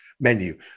menu